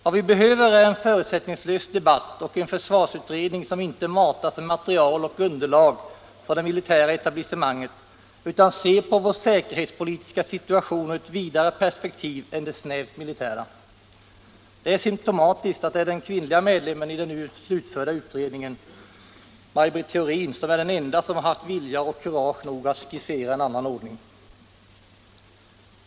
Vad vi behöver är en förutsättningslös debatt och en försvarsutredning som inte matas med material och underlag från det militära etablissemanget, utan ser på vår säkerhetspolitiska situation ur ett vidare perspektiv än det snävt militära. Det är symtomatiskt att den kvinnliga medlemmen i den nu slutförda utredningen, Maj Britt Theorin, är den enda som har haft vilja och kurage nog att skissera en annan ordning.